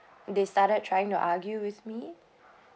they started trying to argue with me